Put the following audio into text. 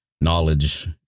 knowledge